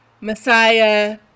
Messiah